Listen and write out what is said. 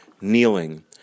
kneeling